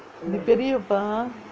எங்கே பெரியப்பா:engae periyappa